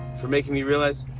for making me realize